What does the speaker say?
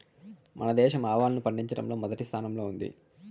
మన దేశం ఆవాలను పండిచటంలో మొదటి స్థానం లో ఉంది